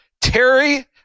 Terry